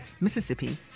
Mississippi